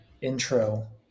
intro